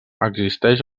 existeix